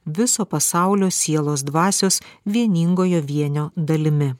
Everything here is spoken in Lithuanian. viso pasaulio sielos dvasios vieningojo vienio dalimi